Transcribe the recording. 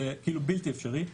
זה בלתי אפשרי.